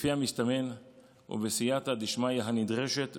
כפי המסתמן ובסייעתא דשמיא הנדרשת,